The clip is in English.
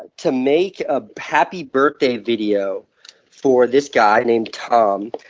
to make a happy birthday video for this guy named tom.